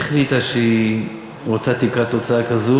החליטה שהיא רוצה תקרת הוצאה כזאת.